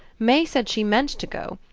may said she meant to go,